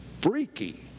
freaky